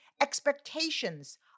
expectations